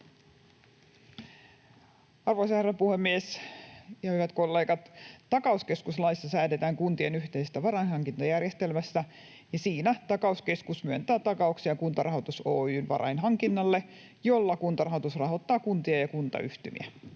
Arvoisa herra puhemies! Hyvät kollegat! Takauskeskuslaissa säädetään kuntien yhteisestä varainhankintajärjestelmästä. Siinä takauskeskus myöntää takauksia Kuntarahoitus Oyj:n varainhankinnalle, jolla Kuntarahoitus rahoittaa kuntia ja kuntayhtymiä.